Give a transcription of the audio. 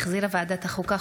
שהחזירה ועדת החוקה,